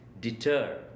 deter